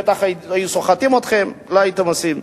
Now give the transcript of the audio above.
בטח היו סוחטים אתכם ולא הייתם דוחים.